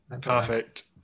Perfect